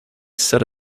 set